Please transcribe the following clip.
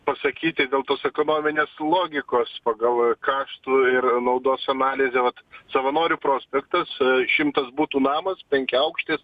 pasakyti dėl tos ekonominės logikos pagal kaštų ir naudos analizę vat savanorių prospektas šimtas butų namas penkiaaukštis